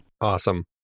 Awesome